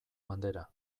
bandera